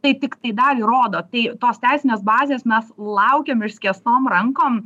tai tiktai dalį rodo tai tos teisinės bazės mes laukiam išskėstom rankom